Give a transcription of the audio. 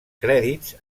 crèdits